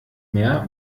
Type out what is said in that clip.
mehr